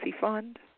Fund